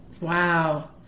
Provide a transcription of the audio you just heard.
Wow